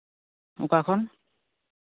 ᱚᱠᱟ ᱠᱷᱚᱱ